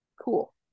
cool